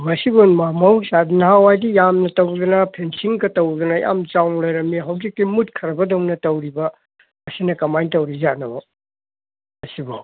ꯃꯁꯤꯕꯨ ꯃꯍꯧꯁꯥꯗꯤ ꯅꯍꯥꯋꯥꯏꯗꯤ ꯌꯥꯝꯅ ꯇꯧꯗꯅ ꯐꯦꯟꯁꯤꯡꯒ ꯇꯧꯗꯅ ꯌꯥꯝ ꯆꯥꯎꯅ ꯂꯩꯔꯝꯃꯤ ꯍꯧꯖꯤꯛꯇꯤ ꯃꯨꯠꯈ꯭ꯔꯕꯗꯧꯅ ꯇꯧꯔꯤꯕ ꯑꯁꯤꯅ ꯀꯃꯥꯏ ꯇꯧꯔꯤꯖꯥꯠꯅꯣ ꯑꯁꯤꯕꯣ